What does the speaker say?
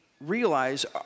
realize